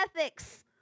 ethics